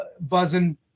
buzzing